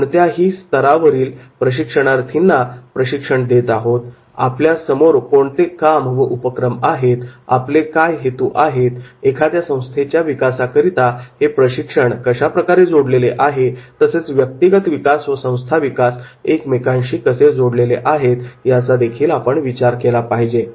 कोणत्याही स्तरावरील प्रशिक्षणार्थींना प्रशिक्षण देत आहोत आपल्या समोर कोणते काम व उपक्रम आहेत आपले काय हेतू आहेत एखाद्या संस्थेच्या विकासाकरता हे प्रशिक्षण कशाप्रकारे जोडले गेलेले आहे तसेच व्यक्तीगत विकास व संस्था विकास एकमेकांशी कसे जोडलेले आहेत याचादेखील आपण विचार केला पाहिजे